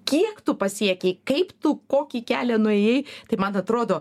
kiek tu pasiekei kaip tu kokį kelią nuėjai tai man atrodo